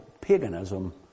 paganism